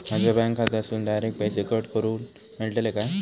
माझ्या बँक खात्यासून डायरेक्ट पैसे कट करूक मेलतले काय?